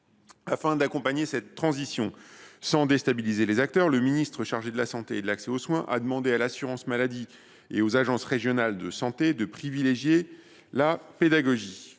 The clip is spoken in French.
Afin d’accompagner cette transition sans déstabiliser les acteurs, le ministre chargé de la santé et de l’accès aux soins a demandé à l’assurance maladie et aux agences régionales de santé de privilégier la pédagogie.